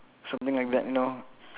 something like that know